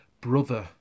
brother